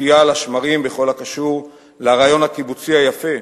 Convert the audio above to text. הקפיאה על השמרים בכל הקשור לרעיון הקיבוצי היפה,